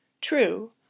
True